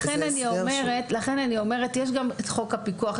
לכן אני אומרת שיש גם את חוק הפיקוח,